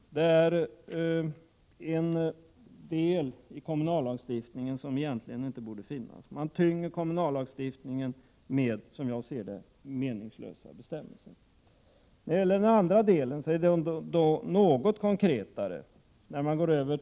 Detta är en del av kommunallagstiftningen som egentligen inte borde finnas. Som jag ser det tynger man kommunallagstiftningen med meningslösa bestämmelser. I fråga om den andra delen är det något konkretare.